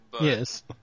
Yes